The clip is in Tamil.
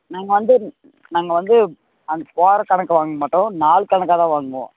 நாங்கள் வந்து நாங்கள் வந்து அந்த வார கணக்கு வாங்க மாட்டோம் நாள் கணக்காக தான் வாங்குவோம்